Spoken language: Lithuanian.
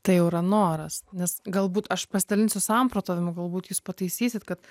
tai jau yra noras nes galbūt aš pasidalinsiu samprotavimu galbūt jūs pataisysit kad